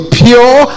pure